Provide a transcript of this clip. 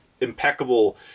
impeccable